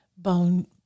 bone